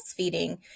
breastfeeding